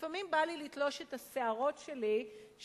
לפעמים בא לי לתלוש את השערות שלי כשיש